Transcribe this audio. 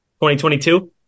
2022